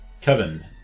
Kevin